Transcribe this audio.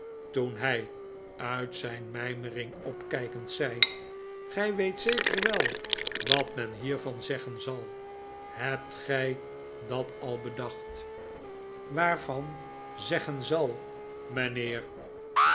toen hij uit zijn mijmering opkijkend zei gij weet zeker wel wat men hiervan zeggen zal hebt gij dat al bedacht waarvan zeggen zal